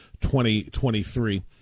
2023